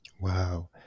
Wow